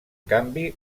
canvi